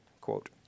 quote